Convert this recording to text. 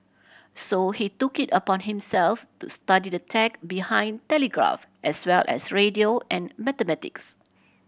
so he took it upon himself to study the tech behind telegraph as well as radio and mathematics